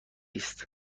است